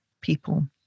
people